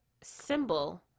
symbol